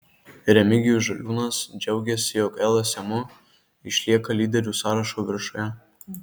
remigijus žaliūnas džiaugėsi jog lsmu išlieka lyderių sąrašo viršuje